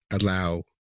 allow